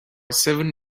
seven